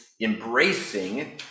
embracing